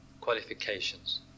qualifications